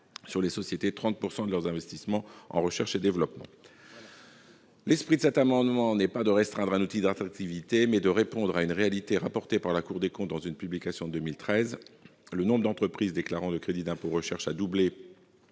sur les sociétés 30 % de leurs investissements en recherche et développement. L'esprit de cet amendement est non pas de restreindre un outil d'attractivité, mais de répondre à une réalité rapportée par la Cour des comptes dans une publication de 2013, que je me permets de citer :«